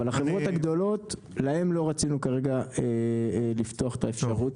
אבל לחברות הגדולות לא רצינו כרגע לפתוח את האפשרות.